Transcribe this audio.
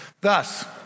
Thus